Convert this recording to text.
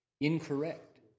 incorrect